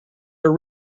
are